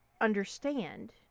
understand